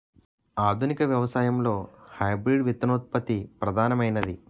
ఆధునిక వ్యవసాయంలో హైబ్రిడ్ విత్తనోత్పత్తి ప్రధానమైనది